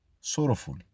sorrowful